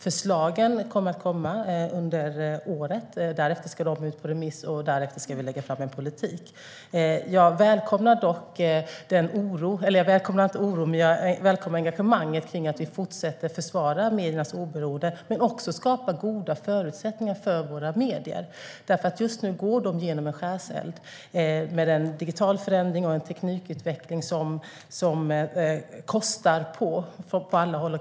Förslagen kommer under året, därefter ska de ut på remiss och sedan ska vi lägga fram en politik. Jag välkomnar dock engagemanget för att vi fortsätter försvara mediernas oberoende och också skapar goda förutsättningar för våra medier. Just nu går de genom en skärseld med en digitalförändring och en teknikutveckling som kostar på.